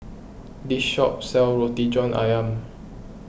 this shop sells Roti John Ayam